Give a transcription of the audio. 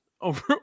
over